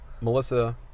Melissa